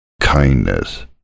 kindness